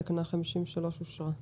תקנה 53 אושרה פה-אחד.